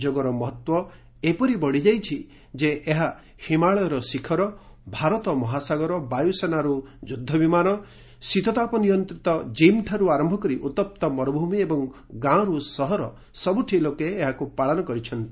ଯୋଗର ମହତ୍ୱ ଏପରି ବଢ଼ିଯାଇଛି ଯେ ଏହା ହିମାଳୟର ଶିଖର ଭାରତ ମହାସାଗର ବାୟୁସେନାରୁ ଯୁଦ୍ଧ ବିମାନ ଶୀତତାପ ନିୟନ୍ତିତ ଜିମ୍ଠାରୁ ଆରମ୍ଭ କରି ଉଉପ୍ତ ମରୁଭୂମି ଏବଂ ଗାଁରୁ ସହର ସବୁଠି ଲୋକେ ଏହାକୁ ପାଳନ କରିଛନ୍ତି